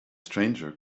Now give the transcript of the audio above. stranger